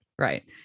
Right